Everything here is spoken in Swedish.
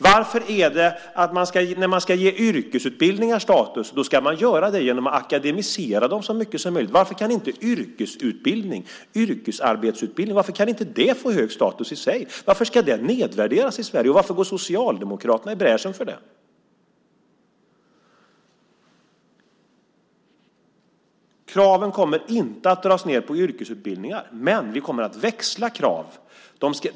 Varför är det så att när yrkesutbildningar ska ges status ska det ske genom att akademisera dem så mycket som möjligt? Varför kan inte yrkesarbetsutbildning få hög status i sig? Varför ska den nedvärderas i Sverige? Varför går Socialdemokraterna i bräschen för det? Kraven kommer inte att dras ned på yrkesutbildningar, men vi kommer att växla krav.